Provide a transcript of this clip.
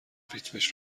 ریتمش